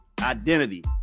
identity